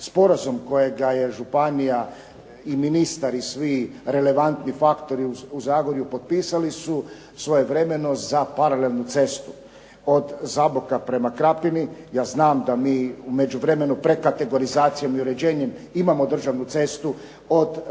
sporazum kojega je županija i ministar i svi relevantni faktori u Zagorju potpisali su svojevremeno za paralelnu cestu od Zaboka prema Krapini. Ja znam da mi u međuvremenu pred kategorizacijom i uređenjem imamo državnu cestu od Zaboka